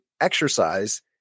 exercise